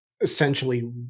essentially